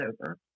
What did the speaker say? over